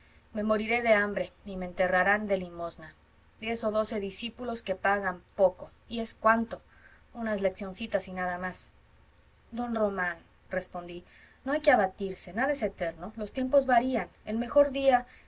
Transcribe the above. me moriré de hambre y me enterrarán de limosna diez o doce discípulos que pagan poco y es cuánto unas leccioncitas y nada más don román respondí no hay que abatirse nada es eterno los tiempos varían el mejor día